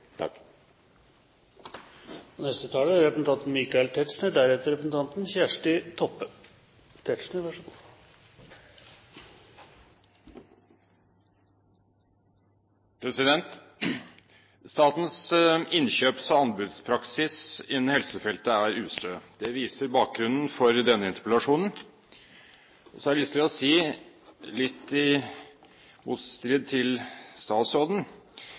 Statens innkjøps- og anbudspraksis innen helsefeltet er ustø. Det er bakgrunnen for denne interpellasjonen. Så har jeg lyst til å si, litt i motstrid til statsråden,